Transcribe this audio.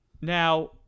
Now